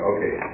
Okay